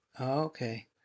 okay